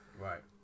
Right